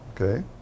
Okay